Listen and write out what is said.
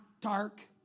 dark